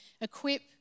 equip